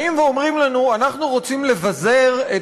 באים ואומרים לנו: אנחנו רוצים לבזר את